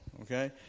okay